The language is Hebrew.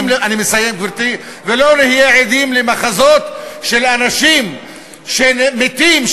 ולא נהיה עדים למחזות של אנשים שמתים,